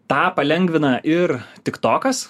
tą palengvina ir tik tokas